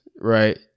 right